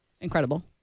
Incredible